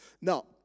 Now